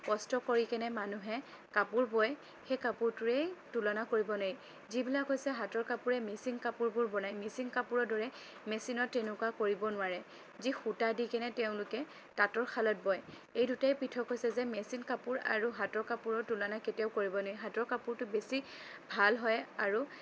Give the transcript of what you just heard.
কষ্ট কৰি কিনে মানুহে কাপোৰ বয় সেই কাপোৰটোৰেই তুলনা কৰিবলৈ যিবিলাক হৈছে হাতৰ কাপোৰে মিচিং কাপোৰবোৰ বনায় মিচিং কাপোৰৰ দৰে মেচিনত তেনেকুৱা কৰিব নোৱাৰে যি সূতা দি কেনে তেওঁলোকে তাঁতৰ শালত বয় এই দুটাই পৃথক হৈছে যে মেচিন কাপোৰ আৰু হাতৰ কাপোৰৰ তুলনা কেতিয়াও কৰিব নোৱাৰি হাতৰ কাপোৰটো বেছি ভাল হয় আৰু